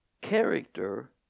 Character